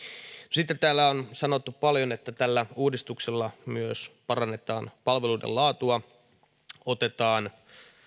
sitten täällä on sanottu paljon että tällä uudistuksella myös parannetaan palveluiden laatua otetaan